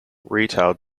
retail